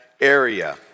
area